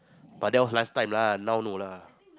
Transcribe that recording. but was last time lah now no lah